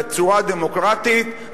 בצורה דמוקרטית,